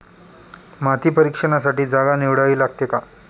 माती परीक्षणासाठी जागा निवडावी लागते का?